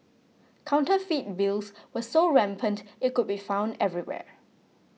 counterfeit bills were so rampant it could be found everywhere